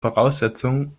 voraussetzung